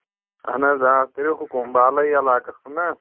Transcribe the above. اَہن حظ آ کٔرِو حُکُم بالٲیی علاقَس کُن نہ